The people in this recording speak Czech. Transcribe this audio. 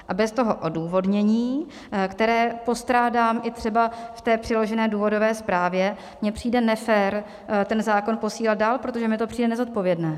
A bez toho odůvodnění, které postrádám i třeba v té přiložené důvodové zprávě, mi přijde nefér ten zákon posílat dál, protože mi to přijde nezodpovědné.